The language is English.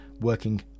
working